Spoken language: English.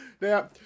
Now